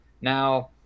Now